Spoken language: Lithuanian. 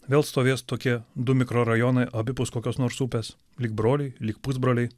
vėl stovės tokie du mikrorajonai abipus kokios nors upės lyg broliai lyg pusbroliai